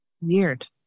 Weird